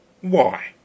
Why